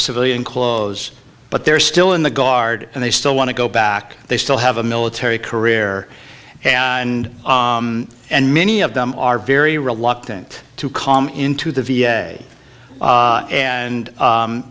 civilian clothes but they're still in the guard and they still want to go back they still have a military career and many of them are very reluctant to come into the v a and and